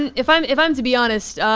and if i'm if i'm to be honest,